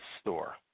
store